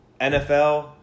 NFL